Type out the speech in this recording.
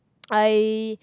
I